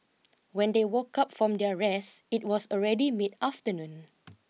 when they woke up from their rest it was already mid afternoon